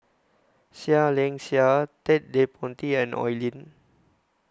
Seah Liang Seah Ted De Ponti and Oi Lin